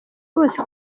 bose